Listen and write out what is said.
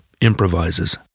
improvises